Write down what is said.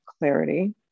Clarity